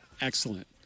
Excellent